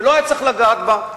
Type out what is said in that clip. ולא היה צריך לגעת בה.